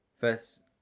first